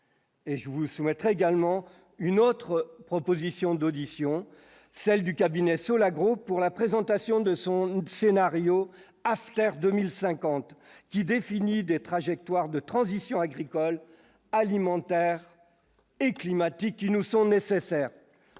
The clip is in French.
Et je vous soumettrai également une autre proposition d'audition, celle du cabinet cela groupe pour la présentation de son scénario after 2050 qui définit des trajectoires de transition agricole, alimentaire et climatique qui nous sont nécessaires,